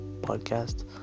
podcast